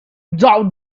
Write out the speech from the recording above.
doubt